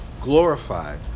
glorified